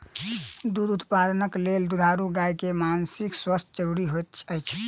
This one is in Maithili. दूध उत्पादनक लेल दुधारू गाय के मानसिक स्वास्थ्य ज़रूरी होइत अछि